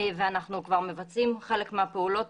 ואנחנו כבר מבצעים חלק מהפעולות.